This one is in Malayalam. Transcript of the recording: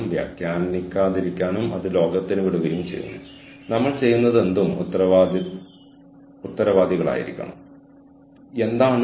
നമ്മൾ സംസാരിക്കാൻ പോകുന്ന ആദ്യത്തെ സിദ്ധാന്തം സ്ഥാപനത്തിന്റെ വിഭവാധിഷ്ഠിത വീക്ഷണമാണ്